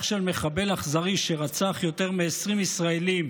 של מחבל אכזרי שרצח יותר מ-20 ישראלים